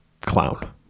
clown